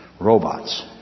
robots